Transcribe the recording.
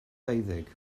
deuddeg